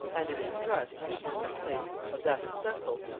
and a distrust, equally misplaced, of that of cecil,